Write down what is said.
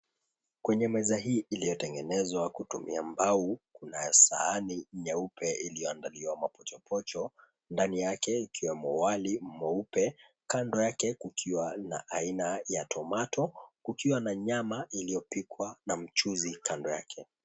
Kwenye meza hii iliyotengenezwa kutumia mbao, kuna sahani nyeupe iliyoandaliwa mapochopocho. Ndani yake ikiwemo wali mweupe, kando yake kukiwa na aina ya tomato . Kukiwa na nyama iliyopikwa na mchuzi kando yake.